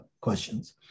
questions